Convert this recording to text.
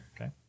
Okay